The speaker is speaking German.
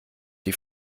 die